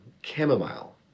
chamomile